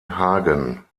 hagen